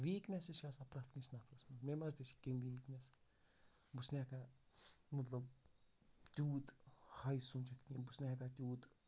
weaknesses چھِ آسان پرٮ۪تھ کٲنٛسہِ نَفرَس منٛز مےٚ منٛز تہِ چھِ کیںٛہہ ویٖکنیس بہٕ چھُس نہٕ ہٮ۪کان مطلب تیوٗت ہاے سوٗنٛچِتھ کِہیٖنۍ بہٕ چھُس نہٕ ہٮ۪کان تیوٗت